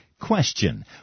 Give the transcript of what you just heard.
Question